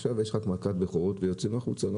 עכשיו יש רק מכת בכורות ויוצאים החוצה.